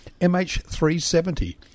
MH370